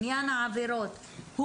עניין העבירות,